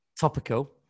Topical